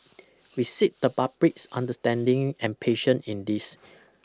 we seek the public's understanding and patience in this